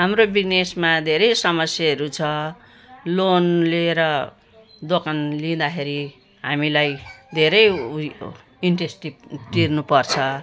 हाम्रो बिजनेसमा धेरै समस्याहरू छ लोन लिएर दोकान लिँदाखेरि हामीलाई धेरै ऊ यो इन्ट्रेस्ट ति तिर्नुपर्छ